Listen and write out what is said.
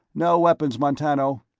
no weapons, montano.